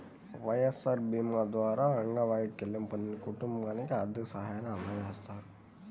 వైఎస్ఆర్ భీమా ద్వారా అంగవైకల్యం పొందిన కుటుంబానికి ఆర్థిక సాయాన్ని అందజేస్తారు